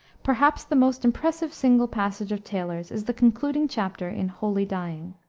perhaps the most impressive single passage of taylor's is the concluding chapter in holy dying.